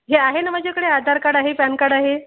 हे आहे ना माझ्याकडे आधार कार्ड आहे पॅन कार्ड आहे